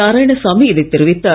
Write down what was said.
நாராயணசாமி இதை தெரிவித்தார்